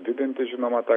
didinti žinoma tą